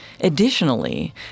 Additionally